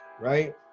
right